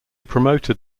promoted